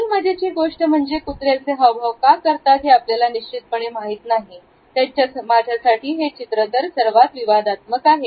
आणि मजेची गोष्ट म्हणजे कुत्रे असे हावभाव का करतात हे आपल्याला निश्चितपणे माहीत नाही माझ्यासाठी हे चित्र तर सर्वात विवादात्मक आहे